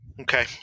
Okay